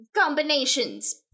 combinations